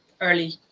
early